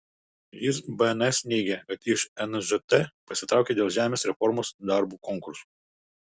jis bns neigė kad iš nžt pasitraukė dėl žemės reformos darbų konkursų